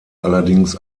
allerdings